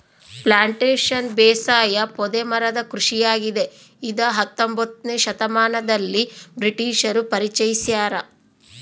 plantation ಬೇಸಾಯ ಪೊದೆ ಮರದ ಕೃಷಿಯಾಗಿದೆ ಇದ ಹತ್ತೊಂಬೊತ್ನೆ ಶತಮಾನದಲ್ಲಿ ಬ್ರಿಟಿಷರು ಪರಿಚಯಿಸ್ಯಾರ